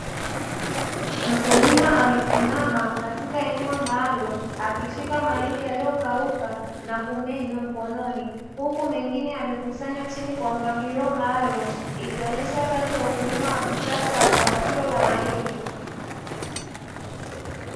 Mkulima amesimama katika eneo maalumu akishika mahindi yaliyokauka na kumenywa mkononi, huku mengine yamekusanywa chini kwa mpangilio maalumu ikionyesha kazi ya ukulima wa kisasa wa zao hilo la mahindi.